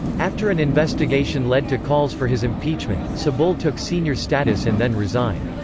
after an investigation led to calls for his impeachment, cebull took senior status and then resigned.